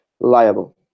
liable